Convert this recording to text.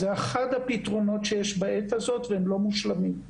זה אחד הפתרונות שיש בעת הזאת והם לא מושלמים.